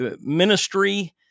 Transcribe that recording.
ministry